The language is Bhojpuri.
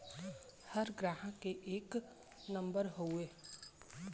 हर ग्राहक के एक नम्बर हउवे